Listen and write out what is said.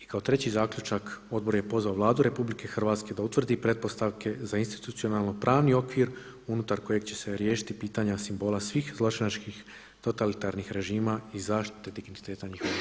I kao treći zaključak Odbor je pozvao Vladu RH da utvrdi pretpostavke za institucionalno pravni okvir unutar kojeg će se riješiti pitanja simbola svih zločinački totalitarnih režima i zaštite digniteta njihovih žrtava.